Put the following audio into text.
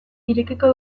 irekiko